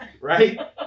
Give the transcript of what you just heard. right